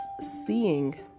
seeing